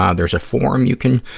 ah there's a forum you can,